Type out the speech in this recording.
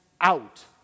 out